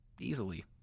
easily